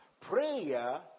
prayer